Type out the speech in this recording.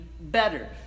better